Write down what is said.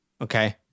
Okay